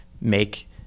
make